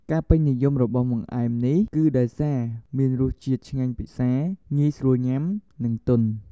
ការពេញនិយមរបស់បង្អែមនេះគឺដោយសារ មានរស់ជាតិឆ្ងាញ់ពិសា ងាយស្រួលញុាំ និងទន់ ។